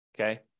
Okay